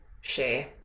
share